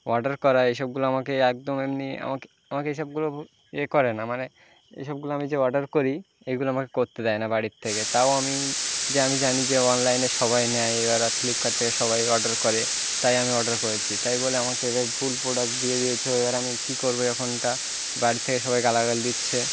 order করা এইসবগুলো আমাকে একদম এমনি আমাকে আমাকে এইসবগুলো ইয়ে করে না মানে এইসবগুলো আমি যে অর্ডার করি এইগুলো আমাকে করতে দেয় না বাড়ির থেকে তাও আমি যে আমি জানি যে অনলাইনে সবাই নেয় এবার আর ফ্লিপকার্ট থেকে সবাই অর্ডার করে তাই আমি অর্ডার করেছি তাই বলে আমাকে এভাবে ভুল প্রোডাক্ট দিয়ে দিয়েছে এবার আমি কী করবো এখন এটা বাড়ি থেকে সবাই গালাগাল দিচ্ছে